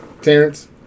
Terrence